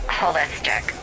holistic